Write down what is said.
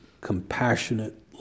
compassionate